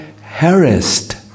harassed